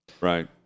Right